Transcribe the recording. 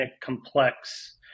complex